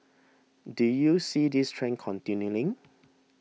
do you see this trend continuing